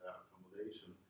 accommodation